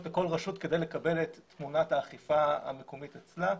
לכל רשות כדי לקבל את תמונת האכיפה המקומית אצלה.